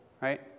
right